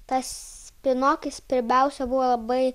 tas pinokis pirmiausia buvo labai